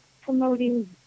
promoting